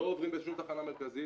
לא עוברים בשום תחנה מרכזית.